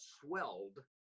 swelled